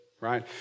right